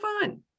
fun